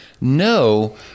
no